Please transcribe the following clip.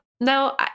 no